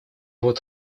вот